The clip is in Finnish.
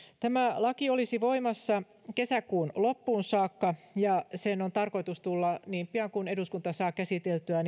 tämä laki olisi voimassa kesäkuun loppuun saakka ja sen on tarkoitus tulla voimaan niin pian kuin eduskunta saa sen käsiteltyä